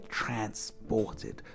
transported